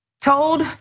told